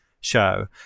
show